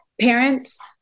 parents